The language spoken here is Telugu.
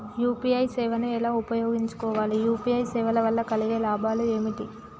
యూ.పీ.ఐ సేవను ఎలా ఉపయోగించు కోవాలి? యూ.పీ.ఐ సేవల వల్ల కలిగే లాభాలు ఏమిటి?